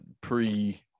pre